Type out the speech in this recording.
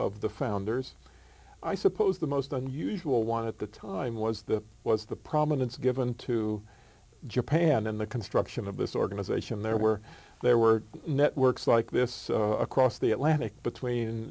of the founders i suppose the most unusual wanted the time was that was the prominence given to japan in the construction of this organization there were there were networks like this across the atlantic between